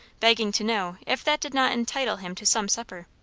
begging to know if that did not entitle him to some supper.